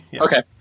Okay